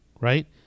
right